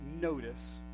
notice